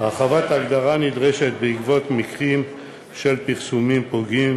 הרחבת ההגדרה נדרשת בעקבות מקרים של פרסומים פוגעים